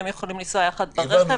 הם יכולים לנסוע יחד ברכב,